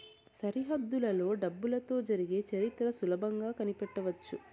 సరిహద్దులలో డబ్బులతో జరిగే చరిత్ర సులభంగా కనిపెట్టవచ్చు